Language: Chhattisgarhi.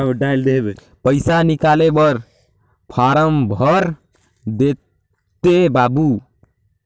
पइसा निकाले बर फारम भर देते बाबु?